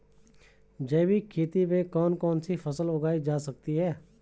जैविक खेती में कौन कौन सी फसल उगाई जा सकती है?